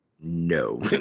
no